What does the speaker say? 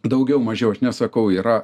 daugiau mažiau aš nesakau yra